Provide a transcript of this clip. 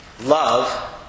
Love